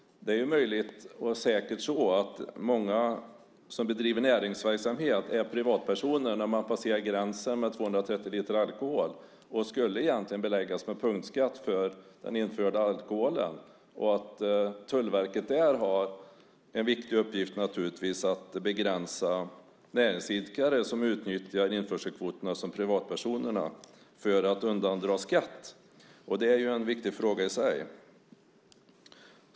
Det är säkert många som bedriver näringsverksamhet som är privatpersoner när de passerar gränsen med 230 liter alkohol. De skulle egentligen beläggas med punktskatt för den införda alkoholen. Tullverket har naturligtvis en viktig uppgift att begränsa näringsidkare som utnyttjar införselkvoterna som privatpersoner för att undandra skatt. Det är en viktig fråga i sig.